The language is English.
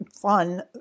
fun